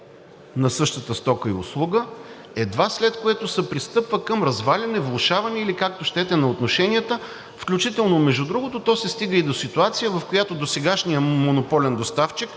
на същата стока и услуга, едва след което се пристъпва към разваляне, влошаване, или както щете, на отношенията, включително, между другото, то се стига и до ситуация, в която досегашният монополен доставчик,